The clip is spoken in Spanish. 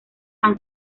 han